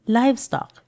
livestock